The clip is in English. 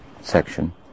section